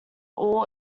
all